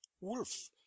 Wolf